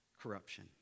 corruption